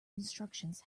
instructions